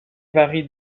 varie